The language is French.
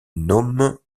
nome